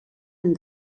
amb